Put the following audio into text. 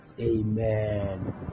Amen